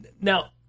Now